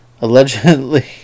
Allegedly